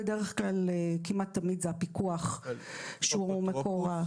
כמעט תמיד זה הפיקוח שהוא המקור.